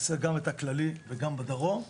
גם הכללי וגם בדרום.